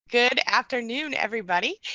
good afternoon everybody.